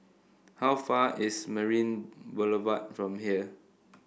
how far is Marina Boulevard from here